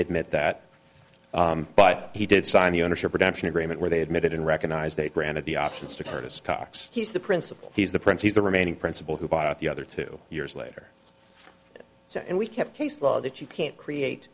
admit that but he did sign the ownership reduction agreement where they admitted and recognize they granted the options to curtis cox he's the principal he's the prince he's the remaining principal who bought the other two years later and we kept case law that you can't create